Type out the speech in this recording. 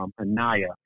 Anaya